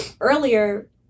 earlier